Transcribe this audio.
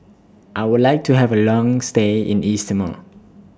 I Would like to Have A Long stay in East Timor